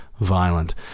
violent